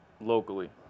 locally